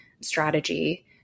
strategy